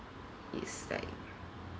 it's like